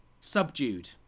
subdued